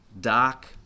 dark